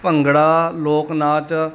ਭੰਗੜਾ ਲੋਕ ਨਾਚ